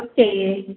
दूध चहिए